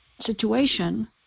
situation